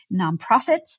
nonprofit